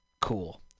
Cool